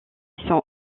sans